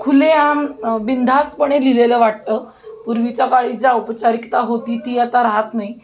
खुलेआम बिनधास्तपणे लिहिलेलं वाटतं पूर्वीच्या काळी ज्या औपचारिकता होती ती आता राहत नाही